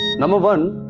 number one,